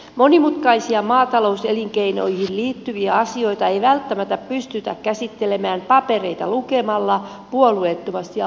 monimutkaisia maatalouselinkeinoihin liittyviä asioita ei välttämättä pystytä käsittelemään papereita lukemalla puolueettomasti ja oikeudenmukaisesti